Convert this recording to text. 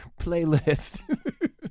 playlist